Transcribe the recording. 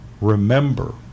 remember